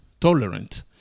tolerant